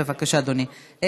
בבקשה, אדוני.